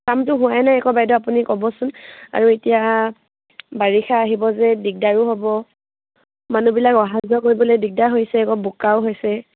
কামটো হোৱাই নাই বাইদেউ আপুনি ক'বচোন আৰু এতিয়া বাৰিষা আহিব যে দিগদাৰো হ'ব মানুহবিলাক অহা যোৱা কৰিবলে দিগদাৰ হৈছে আকৌ বোকাও হৈছে